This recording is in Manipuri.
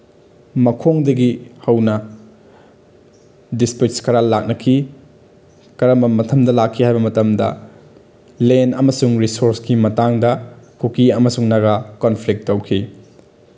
ꯃꯈꯣꯡꯗꯒꯤ ꯍꯧꯅ ꯗꯤꯁꯄꯨꯠꯁ ꯈꯔ ꯂꯥꯛꯅꯈꯤ ꯀꯔꯝꯕ ꯃꯇꯝꯗ ꯂꯥꯛꯈꯤ ꯍꯥꯏꯕ ꯃꯇꯝꯗ ꯂꯦꯟ ꯑꯃꯁꯨꯡ ꯔꯤꯁꯣꯔꯁꯀꯤ ꯃꯇꯥꯡꯗ ꯀꯨꯀꯤ ꯑꯃꯁꯨꯡ ꯅꯒꯥ ꯀꯣꯟꯐ꯭ꯂꯤꯛ ꯇꯧꯈꯤ